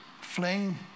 fling